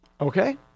Okay